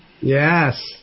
yes